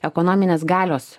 ekonominės galios